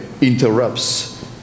interrupts